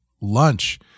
lunch